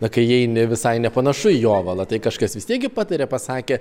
na kai įeini visai nepanašu į jovalą tai kažkas vis tiek patarė pasakė